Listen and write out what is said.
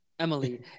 Emily